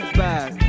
back